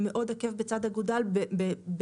עקב בצד אגודל - כמובן,